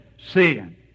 sin